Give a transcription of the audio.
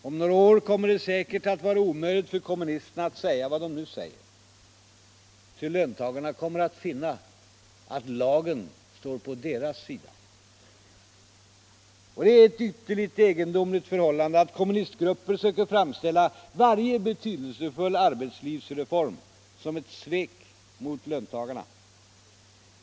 Om några år kommer det säkert att vara omöjligt för kommunisterna att säga vad de nu säger. Ty löntagarna kommer att finna att lagen står på deras sida. Det är ett ytterligt egendomligt förhållande, att kommunistgrupper söker framställa varje betydelsefull arbetslivsreform som ett svek mot löntagarna.